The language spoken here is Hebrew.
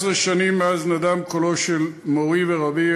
14 שנים מאז נדם קולו של מורי ורבי,